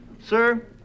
Sir